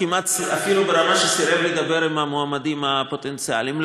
אפילו ברמה שסירב לדבר עם המועמדים הפוטנציאליים.